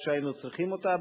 איפה שהיינו צריכים אותה,